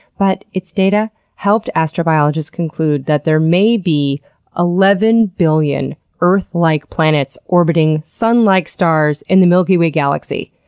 but its data helped astrobiologists conclude that there may be eleven billion earth-like planets orbiting sun-like stars in the milky way galaxy.